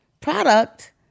product